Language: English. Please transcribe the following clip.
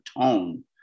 tone